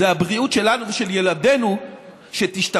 זאת הבריאות שלנו ושל ילדינו שתשתפר,